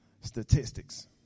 Statistics